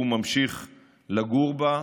הוא ממשיך לגור בה.